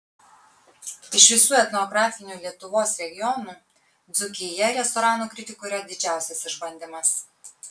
iš visų etnografinių lietuvos regionų dzūkija restoranų kritikui yra didžiausias išbandymas